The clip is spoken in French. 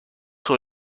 sur